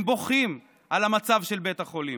הם בוכים על המצב של בית החולים.